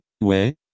ouais